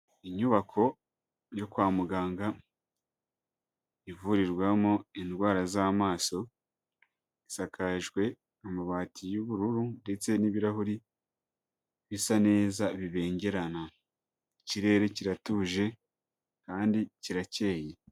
Inyubako yo kwa muganga, ivurirwamo indwara z'amaso, isakajwe amabati y'ubururu ndetse n'ibirahuri bisa neza bibengerana, ikirere kiratuje kandi kirakeye.